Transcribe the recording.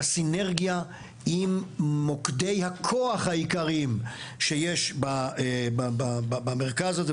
הסינרגיה עם מוקדי הכוח העיקריים שיש במרכז הזה,